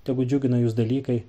tegu džiugina jus dalykai